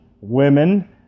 women